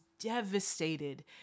devastated